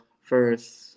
first